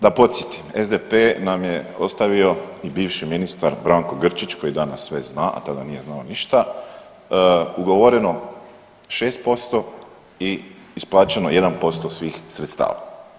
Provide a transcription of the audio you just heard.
Da podsjetim, SDP nam je ostavio i bivši ministra Branko Grčić koji danas sve zna, a tada nije znao ništa, ugovoreno 6% i isplaćeno 1% svih sredstava.